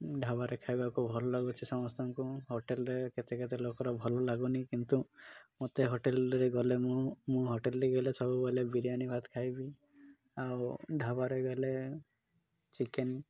ଢାବାରେ ଖାଇବାକୁ ଭଲ ଲାଗୁଛି ସମସ୍ତଙ୍କୁ ହୋଟେଲ୍ରେ କେତେ କେତେ ଲୋକର ଭଲ ଲାଗୁନି କିନ୍ତୁ ମୋତେ ହୋଟେଲ୍ରେ ଗଲେ ମୁଁ ମୁଁ ହୋଟେଲ୍ରେ ଗଲେ ସବୁବେଳେ ବିରିୟାନୀ ଭାତ ଖାଇବି ଆଉ ଢାବାରେ ଗଲେ ଚିକେନ୍